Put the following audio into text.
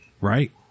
right